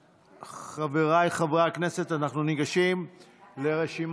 חבריי חברי הכנסת, אנחנו ניגשים לרשימת,